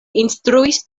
instruis